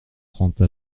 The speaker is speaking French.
trente